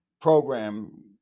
program